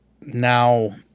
now